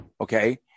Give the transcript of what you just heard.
okay